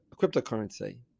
cryptocurrency